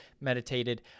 Meditated